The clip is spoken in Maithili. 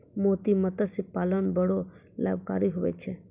मोती मतस्य पालन बड़ो लाभकारी हुवै छै